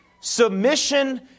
submission